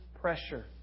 pressure